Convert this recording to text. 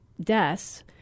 deaths